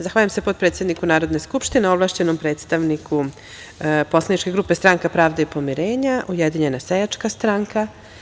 Zahvaljujem potpredsedniku Narodne skupštine, ovlašćenom predstavniku Poslaničke grupe Stranka pravde i pomirenja, Ujedinjena seljačka stranka.